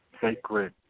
Sacred